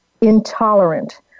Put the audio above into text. intolerant